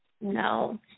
no